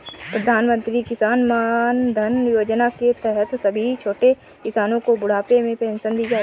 प्रधानमंत्री किसान मानधन योजना के तहत सभी छोटे किसानो को बुढ़ापे में पेंशन दी जाएगी